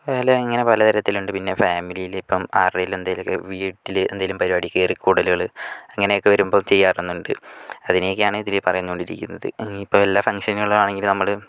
അതുപോലെ അങ്ങനെ പലതരത്തിലുണ്ട് പിന്നെ ഫാമിലിയിൽ ഇപ്പം ആരുടെയെങ്കിലും എന്തെങ്കിലുമൊക്കെ വീട്ടിൽ എന്തെങ്കിലും പരിപാടി കയറിക്ക്ക്കൂടലുകൾ അങ്ങനെയൊക്കെ വരുമ്പോൾ ചെയ്യാറുണ്ട് അതിനൊക്കെയാണ് ഇതിൽ പറഞ്ഞു കൊണ്ടിരിക്കുന്നത് ഇനിയിപ്പോൾ എല്ലാ ഫംഗ്ഷനുകളിലാണെങ്കിലും നമ്മൾ